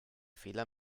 fehler